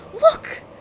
look